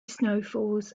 snowfalls